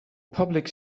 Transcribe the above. public